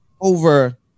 over